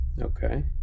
Okay